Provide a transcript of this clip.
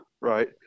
right